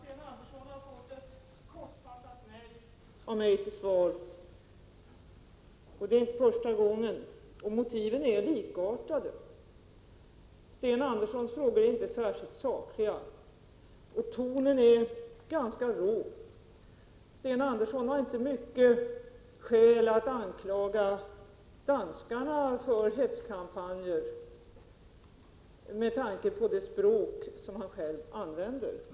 Herr talman! Sten Andersson i Malmö har fått ett kortfattat nej till svar av mig. Det är inte första gången, och motiven är likartade. Sten Anderssons frågor är inte särskilt sakliga, och tonen är ganska rå. Sten Andersson har inte stort skäl att anklaga danskarna för hetskampanjer, med tanke på det språk han själv använder.